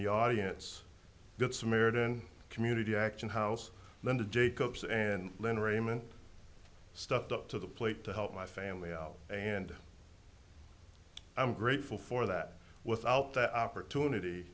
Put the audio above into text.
the audience good samaritan community action house linda jacobs and linda raymond stuffed up to the plate to help my family out and i'm grateful for that without the opportunity